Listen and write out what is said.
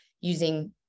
using